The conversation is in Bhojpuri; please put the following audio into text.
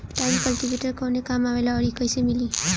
टाइन कल्टीवेटर कवने काम आवेला आउर इ कैसे मिली?